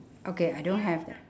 okay I don't have that